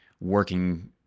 working